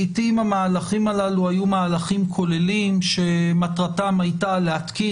לעתים המהלכים הללו היו מהלכים כוללים שמטרתם הייתה להתקין